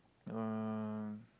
uh